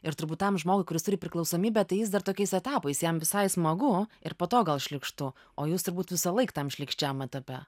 ir turbūt tam žmogui kuris turi priklausomybę tai jis dar tokiais etapais jam visai smagu ir po to gal šlykštu o jūs turbūt visąlaik tam šlykščiam etape